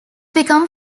become